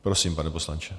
Prosím, pane poslanče.